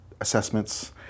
assessments